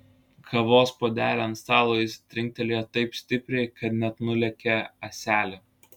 kavos puodelį ant stalo jis trinktelėjo taip stipriai kad net nulėkė ąselė